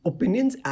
Opinions